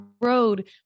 road